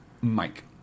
Mike